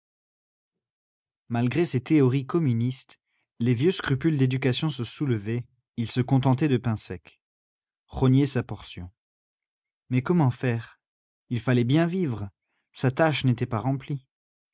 malgré ses théories communistes les vieux scrupules d'éducation se soulevaient il se contentait de pain sec rognait sa portion mais comment faire il fallait bien vivre sa tâche n'était pas remplie